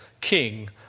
king